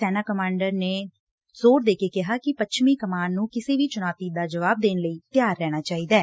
ਸੈਨਾ ਕਮਾਂਡਰ ਨੇ ਜ਼ੋਰ ਦੇ ਕੇ ਕਿਹਾ ਕਿ ਪੱਛਮੀ ਕਮਾਨ ਨੁੰ ਕਿਸੇ ਵੀ ਚੁਣੌਤੀ ਦਾ ਜਵਾਬ ਦੇਣ ਲਈ ਤਿਆਰ ਰਹਿਣਾ ਚਾਹੀਦੈ